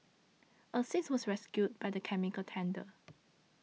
a sixth was rescued by the chemical tanker